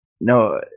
No